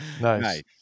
Nice